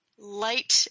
light